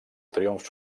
triomf